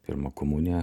pirmą komuniją